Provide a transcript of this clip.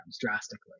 drastically